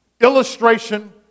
illustration